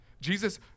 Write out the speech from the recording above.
Jesus